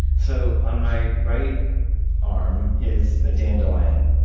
so on my right arm is a dandelion.